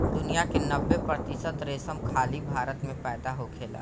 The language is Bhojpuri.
दुनिया के नब्बे प्रतिशत रेशम खाली भारत में पैदा होखेला